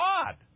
God